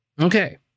Okay